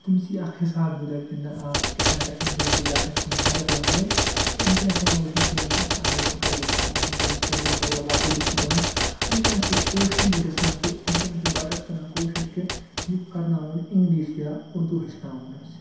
تیٚمِس یی اکھ حِساب ہیٚو دَپہِ کہ نہ آ کیٚتھانۍ کَشمیٖری لَنٛگویج ہَسا چھِ سٲنۍ مَدَر لنگویج تہٕ ونکیٚس چھ یِوان وٕچھنہ کہ یم اگر أسۍ وٕچھو بہٕ کَرٕ کتھ ونکیٚنَس سرینَگَر یا باقے ڈِسٹرکَن ہٕنٛز ونکیٚنَس چھِ کوٗشش گَژھان کہ ونکیٚنَس چھ بَچَس کران کوشش کہ یہِ کرناوون اِنٛگلِش یا اردو ہیٚچھناوون أسۍ